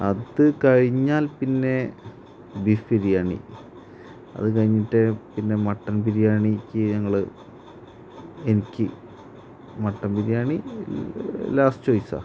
അതു കഴിഞ്ഞാൽ പിന്നെ ബീഫ് ബിരിയാണി അത് കഴിഞ്ഞിട്ട് പിന്നെ മട്ടൻ ബിരിയാണിക്ക് ഞങ്ങൾ എനിക്ക് മട്ടൻ ബിരിയാണി ലാസ്റ്റ് ചോയ്സാണ്